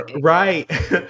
right